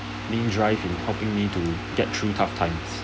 main drive to helping me to get through tough times